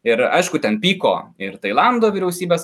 ir aišku ten pyko ir tailando vyriausybės